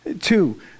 Two